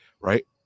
right